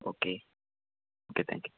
okay okay thank you